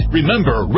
Remember